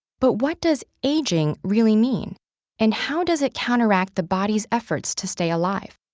but what does aging really mean and how does it counteract the body's efforts to stay alive?